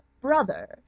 brother—